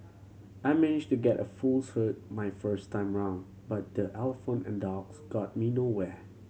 I managed to get a full cert my first time round but the Elephant and Dogs got me nowhere